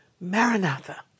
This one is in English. Maranatha